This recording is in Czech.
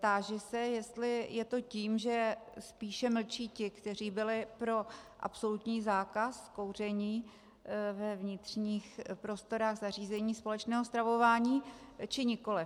Táži se, jestli je to tím, že spíše mlčí ti, kteří byli pro absolutní zákaz kouření ve vnitřních prostorách zařízení společného stravování, či nikoliv.